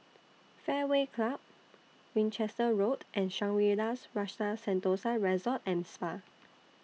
Fairway Club Winchester Road and Shangri La's Rasa Sentosa Resort and Spa